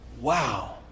wow